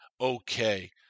Okay